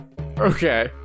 Okay